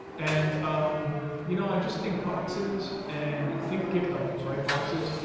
and um you know i just think boxes and think gift items, right? boxes,